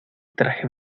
traje